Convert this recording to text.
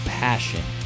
passion